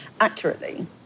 accurately